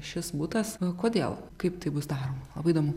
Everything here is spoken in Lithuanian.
šis butas va kodėl kaip tai bus daroma labai įdomu